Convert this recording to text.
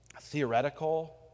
theoretical